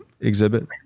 exhibit